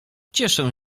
cieszę